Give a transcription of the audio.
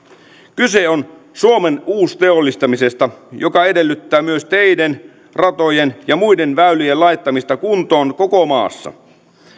kyse on suomen uusteollistamisesta joka edellyttää myös teiden ratojen ja muiden väylien laittamista kuntoon koko maassa